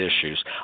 issues